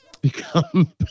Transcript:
become